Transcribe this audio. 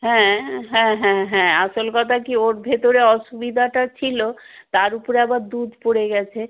হ্যাঁ হ্যাঁ হ্যাঁ হ্যাঁ আসল কথা কি ওর ভেতরে অসুবিধাটা ছিল তার উপরে আবার দুধ পড়ে গেছে